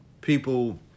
People